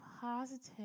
positive